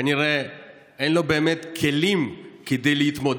כנראה אין לו באמת כלים להתמודד,